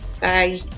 Bye